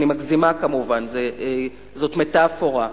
אני מגזימה, כמובן, זאת מטאפורה.